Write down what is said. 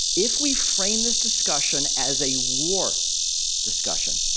if we frame this discussion as a war discussion,